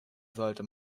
sollte